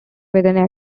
within